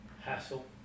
hassle